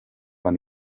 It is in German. man